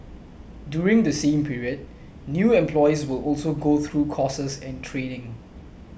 during the same period new employees will also go through courses and training